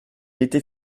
était